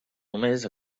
només